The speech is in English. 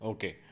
Okay